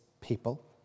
people